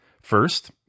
First